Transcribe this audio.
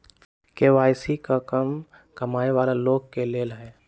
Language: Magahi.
के.वाई.सी का कम कमाये वाला लोग के लेल है?